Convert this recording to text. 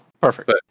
perfect